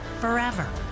forever